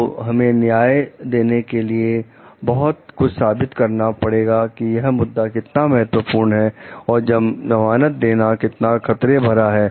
तो हमें न्याय देने के लिए बहुत कुछ साबित करना पड़ेगा कि यह मुद्दा कितना महत्वपूर्ण है और जमानत देना कितना खतरे भरा है